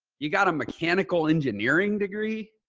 you got a mechanical engineering degree.